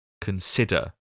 consider